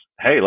hey